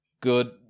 good